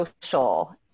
social